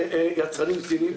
יצרנים סיניים,